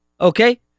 Okay